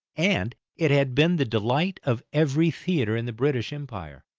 and it had been the delight of every theatre in the british empire.